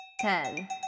Ten